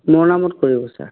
মোৰ নামত কৰিব ছাৰ